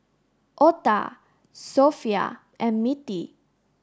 Otha Sophia and Mittie